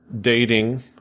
dating